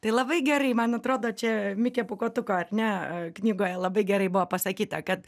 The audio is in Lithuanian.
tai labai gerai man atrodo čia mikė pūkuotuko ar ne knygoje labai gerai buvo pasakyta kad